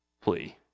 plea